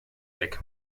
weg